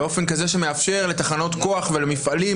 באופן כזה שמאפשר לתחנות כוח ולמפעלים